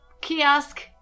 kiosk